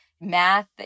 Math